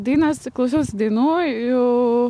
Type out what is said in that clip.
dainas klausiausi dainų jau